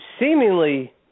seemingly